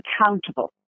accountable